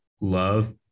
love